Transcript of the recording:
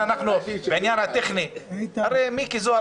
בעניין הטכני הרי מיקי זוהר,